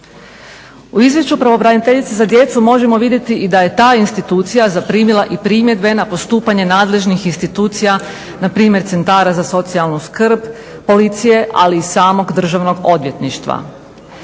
U izvješću pravobraniteljice za djecu možemo vidjeti da je ta institucija zaprimila i primjedbe na postupanje nadležnih institucija npr. centara za socijalnu skrb, policije ali i samog Državnog odvjetništva.